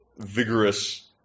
vigorous